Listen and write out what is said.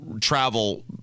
travel